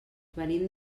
venim